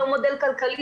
לא מודל כלכלי,